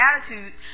attitudes